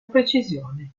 precisione